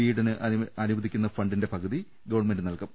വീടിന് അനുവദി ക്കുന്ന ഫണ്ടിന്റെ പകുതി ഗവൺമെന്റ് നൽകും